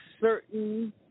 certain